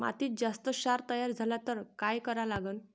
मातीत जास्त क्षार तयार झाला तर काय करा लागन?